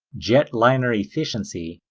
jet airliner efficiency,